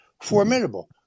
formidable